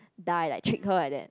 die like treat her like that